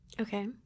okay